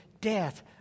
death